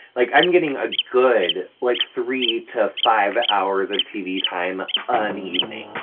like, i'm getting a good, like, three to five hours of tv time an evening